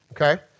okay